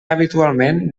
habitualment